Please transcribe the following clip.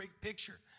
picture